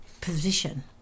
position